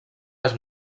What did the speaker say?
les